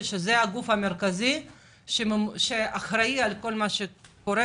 שזה הגוף המרכזי שאחראי על כל מה שקורה.